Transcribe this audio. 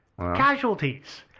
casualties